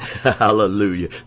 Hallelujah